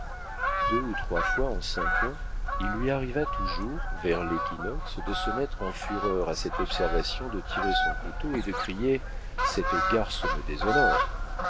deux ou trois fois en cinq ans il lui arriva toujours vers l'équinoxe de se mettre en fureur à cette observation de tirer son couteau et de crier cette garce me déshonore